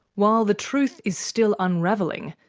while the truth is still unravelling,